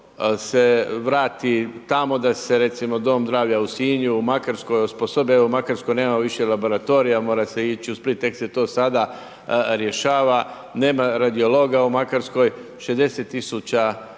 se vrati tamo, da se recimo dom zdravlja u Sinju, u Makarskoj osposobe, evo u Makarskoj nemamo više laboratorija, mora se ići u Split, tek se to sada rješava, nema radiologa u Makarskoj, 60 000